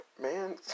man